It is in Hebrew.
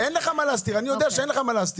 אין לך מה להסתיר, אני יודע שאין לך מה להסתיר.